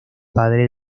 padre